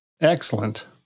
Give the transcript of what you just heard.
excellent